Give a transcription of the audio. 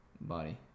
body